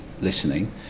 listening